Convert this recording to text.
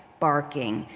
barking,